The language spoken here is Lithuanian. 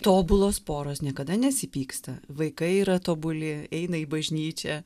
tobulos poros niekada nesipyksta vaikai yra tobuli eina į bažnyčią